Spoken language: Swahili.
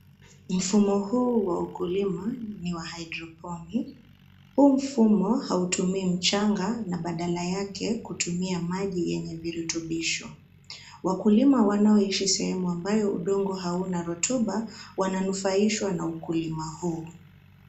Mfumo huu wa ukulima ni wa (cs) hydroponic (cs). Huu mfumo hautumii mchanga na badala yake hutumia maji yenye virutubisho. Wakulima wanaoishi sehemu ambayo udongo hauna rutuba wananufaishwa na ukulima huu